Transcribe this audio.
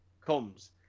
comes